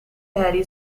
harry